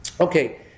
Okay